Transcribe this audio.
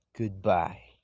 goodbye